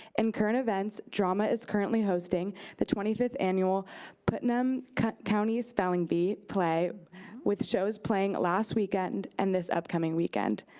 in current events, drama is currently hosting the twenty fifth annual putnam county spelling bee play with shows playing last weekend and this upcoming weekend.